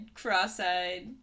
cross-eyed